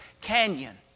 Canyon